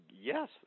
Yes